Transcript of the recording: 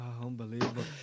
Unbelievable